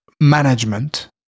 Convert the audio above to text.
management